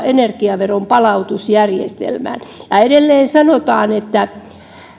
energiaveron palautusjärjestelmään ja edelleen sanotaan että vaikka